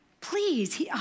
please